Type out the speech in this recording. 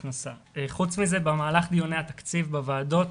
במהלך דיוני התקציב בוועדות,